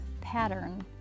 pattern